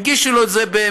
ינגישו לו את זה במילים,